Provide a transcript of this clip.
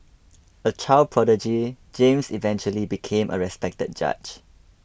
a child prodigy James eventually became a respected judge